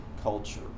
culture